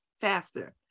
faster